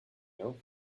know